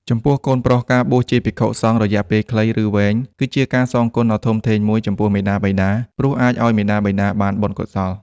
ចំពោះកូនប្រុស ការបួសជាភិក្ខុសង្ឃរយៈពេលខ្លី ឬវែង គឺជាការសងគុណដ៏ធំធេងមួយចំពោះមាតាបិតា ព្រោះអាចឲ្យមាតាបិតាបានបុណ្យកុសល។